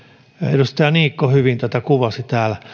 edustaja niikko hyvin tätä kuvasi